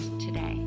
today